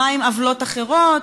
מה עם עוולות אחרות?